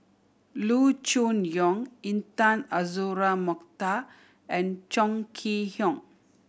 Loo Choon Yong Intan Azura Mokhtar and Chong Kee Hiong